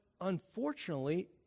unfortunately